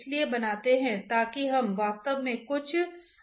इसलिए मैंने वेक्टरियल प्रतिनिधित्व के लिए xbar लगाया हैं